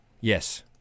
Yes